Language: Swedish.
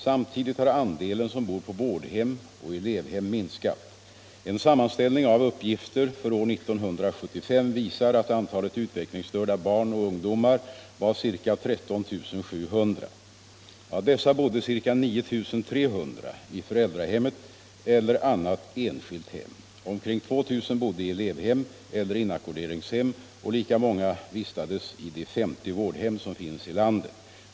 Samtidigt har andelen som bor på vårdhem och elevhem minskat. En sammanställning av uppgifter för år 1975 visar att antalet utvecklingsstörda barn och ungdomar var ca 13 700. Av dessa bodde ca 9 300 i föräldrahemmet eller annat enskilt hem. Omkring 2 000 bodde i elevhem eller inackorderingshem och lika många vistades i de 50 vårdhem som finns i landet.